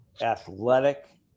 Athletic